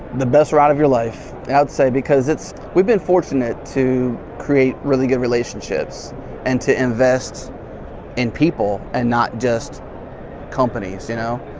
the best ride of your life, i'd say. because it's we have been fortunate to create really good relationships and to invest in people and not just companies, you know,